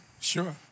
Sure